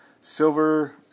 Silver